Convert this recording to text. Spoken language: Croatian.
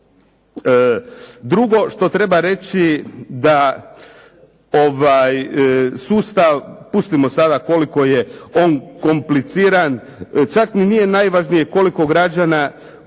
Drugo što treba reći da sustav, pustimo sada koliko je on kompliciran, čak ni nije najvažnije koliko građana